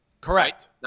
Correct